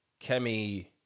Kemi